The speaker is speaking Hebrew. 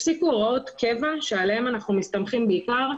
הפסיקו הוראות קבע שעליהן אנחנו מסתמכים בעיקר,